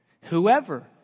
Whoever